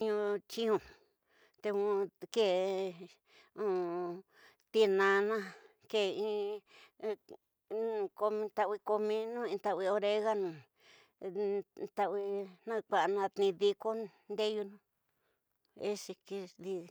Ndiu tiü teke tinana, ke in tawi cominu, intawi oreganu, intawi na ku'a na tni diku ndeyunu.